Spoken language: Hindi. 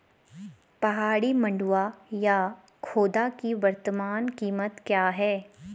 पहाड़ी मंडुवा या खोदा की वर्तमान कीमत क्या है?